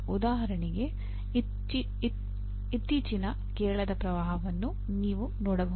ಉದಾಹರಣೆಗೆ ಇತ್ತೀಚಿನ ಕೇರಳದ ಪ್ರವಾಹವನ್ನು ನೀವು ನೋಡಬಹುದು